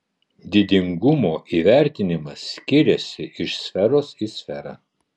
didingumo įvertinimas skiriasi iš sferos į sferą